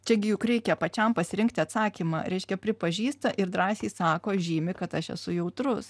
čiagi juk reikia pačiam pasirinkti atsakymą reiškia pripažįsta ir drąsiai sako žymi kad aš esu jautrus